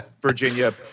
Virginia